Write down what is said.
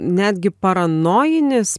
netgi paranojinis